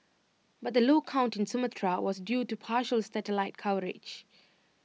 but the low count in Sumatra was due to partial satellite coverage